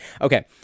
okay